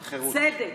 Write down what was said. צדק,